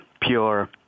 pure